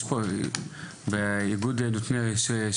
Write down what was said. על פי הנתונים שנאמרו כאן מאיגוד נותני השירות,